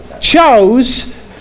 chose